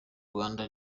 rwanda